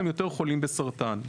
הם יותר חולים בסרטן,